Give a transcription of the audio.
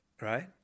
Right